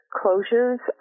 closures